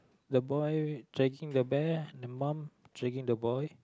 the boy dragging the bear the mum dragging the boy